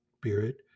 Spirit